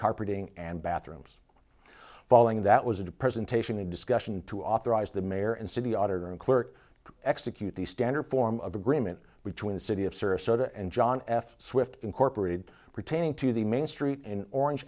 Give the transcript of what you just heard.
carpeting and bathrooms following that was a presentation a discussion to authorize the mayor and city auditor and clerk to execute the standard form of agreement between the city of sirte soda and john f swift incorporated pertaining to the main street in orange